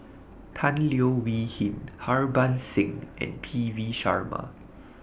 Tan Leo Wee Hin Harbans Singh and P V Sharma